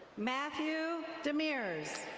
matthew demears.